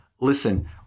Listen